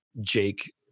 Jake